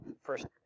first